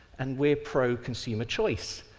and we are pro consumer choice,